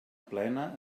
plena